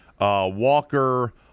Walker